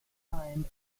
time